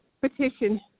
petition